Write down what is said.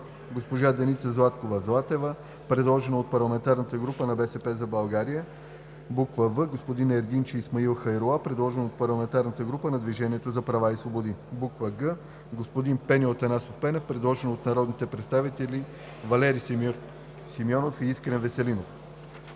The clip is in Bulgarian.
госпожа Деница Златкова Златева, предложена от парламентарната група на „БСП за България“; в) господин Ердинч Исмаил Хайрула, предложен от парламентарната група на „Движението за права и свободи“; г) господин Пеньо Атанасов Пенев, предложен от народните представители Валери Симеонов и Искрен Веселинов.